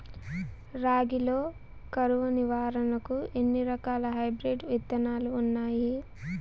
రాగి లో కరువు నివారణకు ఎన్ని రకాల హైబ్రిడ్ విత్తనాలు ఉన్నాయి